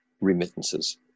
remittances